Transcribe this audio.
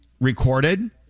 recorded